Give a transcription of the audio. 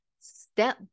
step